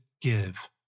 give